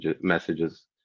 messages